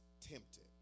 tempted